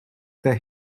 the